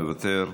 מוותר.